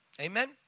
amen